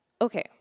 Okay